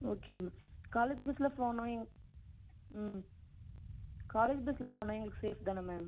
okay ma'am college பஸ்ஸில் போனால் எங்க ம் காலேஜ் பஸ்ஸில் போனால் எங்களுக்கு சேஃப் தானே மேம்